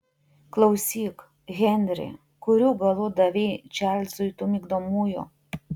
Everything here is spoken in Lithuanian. klausyk henri kurių galų davei čarlzui tų migdomųjų